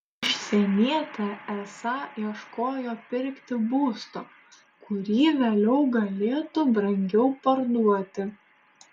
užsienietė esą ieškojo pirkti būsto kurį vėliau galėtų brangiau parduoti